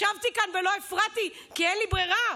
ישבתי כאן ולא הפרעתי, כי אין לי ברירה.